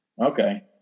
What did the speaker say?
Okay